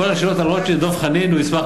כל השאלות על רוטשילד, דב חנין, הוא ישמח.